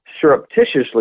surreptitiously